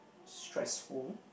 stressful